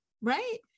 right